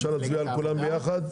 אפשר להצביע על כולם ביחד?